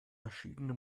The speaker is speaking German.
verschiedene